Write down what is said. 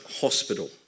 hospital